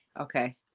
okay